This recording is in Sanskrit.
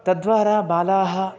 तद्वारा बालाः